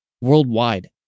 worldwide